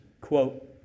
quote